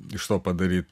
iš to padaryt